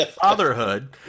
fatherhood